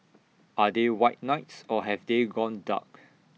are they white knights or have they gone dark